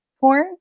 porn